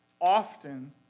often